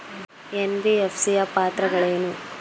NBFC ಯ ಪಾತ್ರಗಳೇನು?